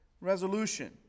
resolution